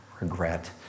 regret